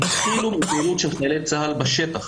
התחילו מפעילות של חיילי צה"ל בשטח.